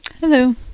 Hello